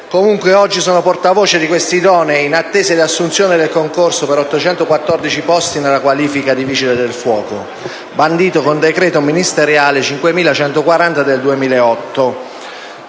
quindi portavoce degli idonei, in attesa di assunzione, del concorso per 814 posti nella qualifica di vigile del fuoco, bandito con decreto ministeriale n. 5140 del 2008.